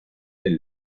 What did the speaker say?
del